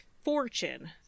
fortune